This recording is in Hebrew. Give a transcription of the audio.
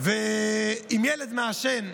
עם ילד מעשן.